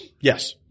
yes